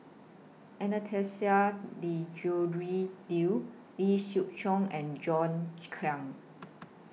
Anastasia Tjendri Liew Lee Siew Choh and John Clang